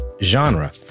genre